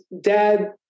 dad